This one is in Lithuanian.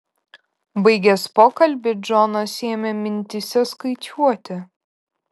baigęs pokalbį džonas ėmė mintyse skaičiuoti